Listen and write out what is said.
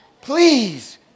Please